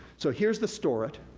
so, here's the store it.